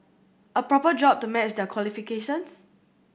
a proper job to match their qualifications